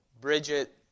Bridget